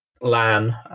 Lan